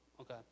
okay